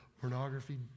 pornography